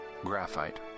Graphite